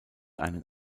einen